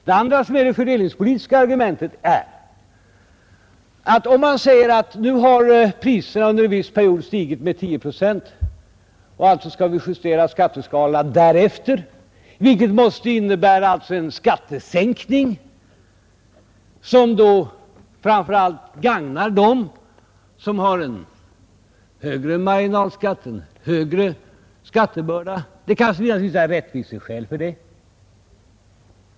Det tredje är det ekonomisk-politiska argumentet. Om priserna under en viss period har stigit med 10 procent och man justerar skatteskalorna därefter, måste det innebära en skattesänkning, som framför allt gagnar dem som har en högre marginalskatt, alltså en högre skattebörda. Det kanske finns rättviseskäl för det.